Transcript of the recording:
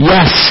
Yes